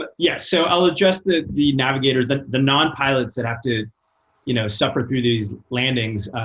but yes. so i'll adjust that the navigators, the the nonpilots that have to you know suffer through these landings,